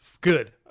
Good